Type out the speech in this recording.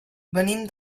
venim